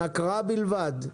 הקראה בלבד,